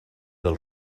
del